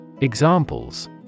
Examples